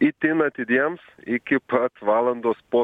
itin atidiems iki pat valandos po